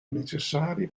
necessari